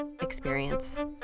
experience